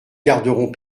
garderons